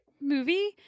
movie